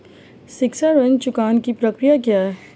शिक्षा ऋण चुकाने की प्रक्रिया क्या है?